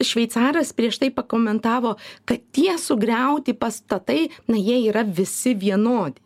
šveicaras prieš tai pakomentavo kad tie sugriauti pastatai na jie yra visi vienodi